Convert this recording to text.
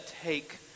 take